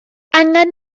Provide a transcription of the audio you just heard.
angen